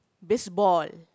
baseball